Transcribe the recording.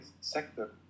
sector